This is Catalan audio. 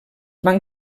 van